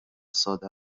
ساده